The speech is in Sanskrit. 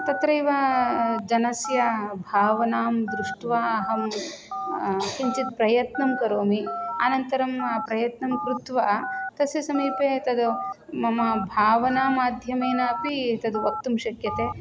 तत्रैव जनस्य भावनां दृष्ट्वा अहं किञ्चित् प्रयत्नं करोमि अनन्तरं प्रयत्नं कृत्वा तस्य समीपे तत् मम भावनामाध्यमेन अपि तद्वक्तुं शक्यते